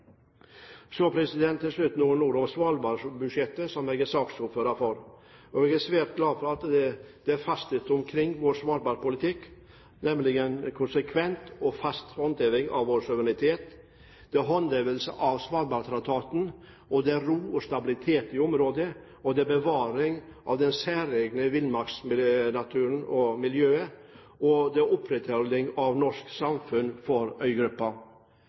jeg er saksordfører for. Jeg er svært glad for at det er fasthet omkring vår Svalbardpolitikk, nemlig at det er konsekvent og fast handheving av vår suverenitet håndheving av Svalbardtraktaten. ro og stabilitet i området bevaring av den særegne villmarksnaturen og miljøet opprettholding av norsk samfunn på øygruppa